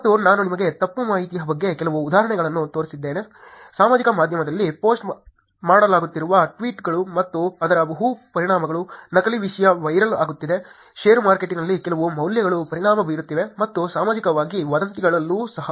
ಮತ್ತು ನಾನು ನಿಮಗೆ ತಪ್ಪು ಮಾಹಿತಿಯ ಬಗ್ಗೆ ಕೆಲವು ಉದಾಹರಣೆಗಳನ್ನು ತೋರಿಸಿದ್ದೇನೆ ಸಾಮಾಜಿಕ ಮಾಧ್ಯಮದಲ್ಲಿ ಪೋಸ್ಟ್ ಮಾಡಲಾಗುತ್ತಿರುವ ಟ್ವೀಟ್ಗಳು ಮತ್ತು ಅದರ ಬಹು ಪರಿಣಾಮಗಳು ನಕಲಿ ವಿಷಯ ವೈರಲ್ ಆಗುತ್ತಿದೆ ಷೇರು ಮಾರುಕಟ್ಟೆಯಲ್ಲಿ ಕೆಲವು ಮೌಲ್ಯಗಳು ಪರಿಣಾಮ ಬೀರುತ್ತಿವೆ ಮತ್ತು ಸಹಜವಾಗಿ ವದಂತಿಗಳೂ ಸಹ